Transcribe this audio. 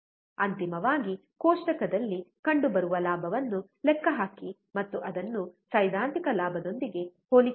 ಅಂತಿಮವಾಗಿ ಕೋಷ್ಟಕದಲ್ಲಿ ಕಂಡುಬರುವ ಲಾಭವನ್ನು ಲೆಕ್ಕಹಾಕಿ ಮತ್ತು ಅದನ್ನು ಸೈದ್ಧಾಂತಿಕ ಲಾಭದೊಂದಿಗೆ ಹೋಲಿಕೆ ಮಾಡಿ